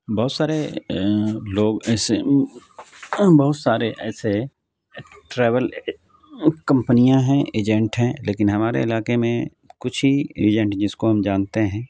بہت سارے لوگ ایسے بہت سارے ایسے ٹریول کمپنیاں ہیں ایجنٹ ہیں لیکن ہمارے علاقے میں کچھ ہی ایجنٹ جس کو ہم جانتے ہیں